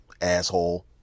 asshole